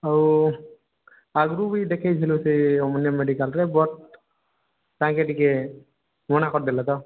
ଆଉ ଆଗୁର୍ ବି ଦେଖାଇ ଥିଲୁ ସେଇ ଓମେନିଅମ୍ ମେଡ଼ିକାଲ୍ରେ ବଟ୍ ତାଙ୍କେ ଟିକେ ମନା କରିଦେଲେ ତ